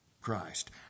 Christ